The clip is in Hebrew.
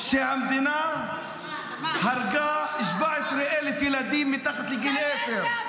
שהמדינה הרגה 17,000 ילדים מתחת לגיל עשר.